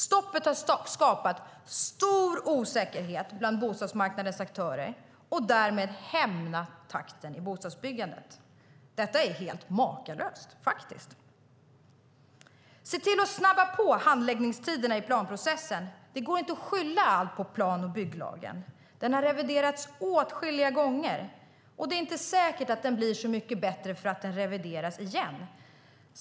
Stoppet har skapat stor osäkerhet bland bostadsmarknadens aktörer och därmed hämmat takten i bostadsbyggandet. Detta är helt makalöst. Se till att snabba på handläggningstiderna i planprocessen! Det går inte att skylla allt på plan och bygglagen. Den har reviderats åtskilliga gånger, och det är inte säkert att den blir så mycket bättre för att den revideras igen.